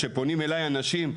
כשפונים אלי אנשים,